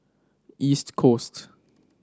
East Coast